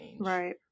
Right